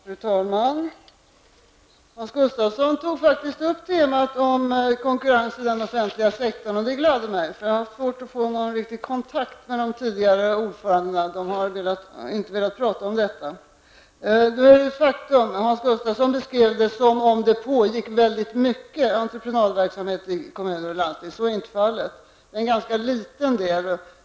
Fru talman! Hans Gustafsson tog faktiskt upp temat om konkurrens i den offentliga sektorn. Det gladde mig, för jag har haft svårt att få någon riktig kontakt med de tidigare ordförandena; de har inte velat prata om detta. Hans Gustafsson beskrev förhållandena som om det pågick väldigt mycket entreprenadverksamhet inom kommuner och landsting. Så är inte fallet. Det gäller en ganska liten del.